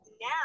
now